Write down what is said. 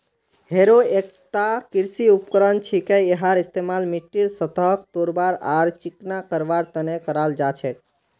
harrow एकता कृषि उपकरण छिके यहार इस्तमाल मिट्टीर सतहक तोड़वार आर चिकना करवार तने कराल जा छेक